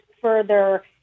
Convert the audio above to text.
further